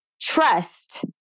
trust